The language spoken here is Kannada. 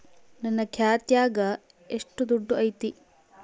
ನನ್ನ ಖಾತ್ಯಾಗ ಎಷ್ಟು ದುಡ್ಡು ಐತಿ?